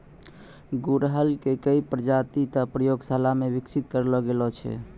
गुड़हल के कई प्रजाति तॅ प्रयोगशाला मॅ विकसित करलो गेलो छै